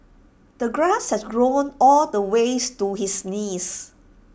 the grass had grown all the way to his knees